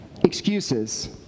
Excuses